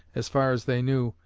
as far as they knew,